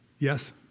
Yes